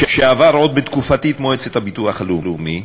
שעבר עוד בתקופתי את מועצת הביטוח הלאומי,